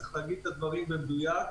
צריך להגיד את הדברים במדויק,